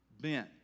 Bent